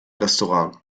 restaurant